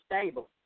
stable